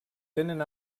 tenen